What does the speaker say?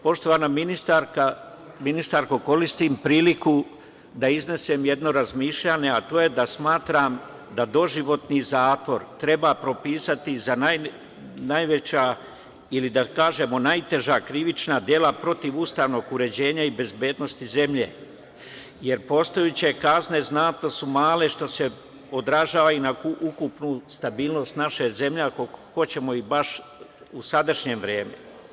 Poštovana ministarko, koristim priliku da iznesem jedno razmišljanje, a to je da smatram doživotni zatvor treba propisati i za najveća ili da kažemo najteža krivična dela protiv ustavnog uređenja i bezbednosti zemlje, jer postojeće kazne znatno su male, što se odražava i na ukupnu stabilnost naše zemlje, ako hoćemo baš, i u sadašnje vreme.